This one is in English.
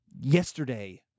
yesterday